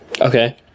Okay